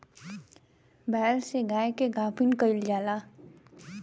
बैल से गाय के गाभिन कइल जाला